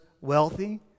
wealthy